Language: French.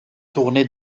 tournée